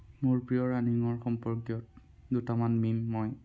মোৰ প্ৰিয় ৰানিঙৰ সম্পৰ্কীয়ত মই দুটামান মিম মই